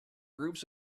groups